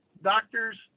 Doctors